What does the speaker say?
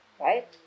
right